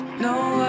No